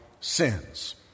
sins